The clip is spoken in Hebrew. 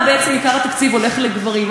למה בעצם עיקר התקציב הולך לגברים?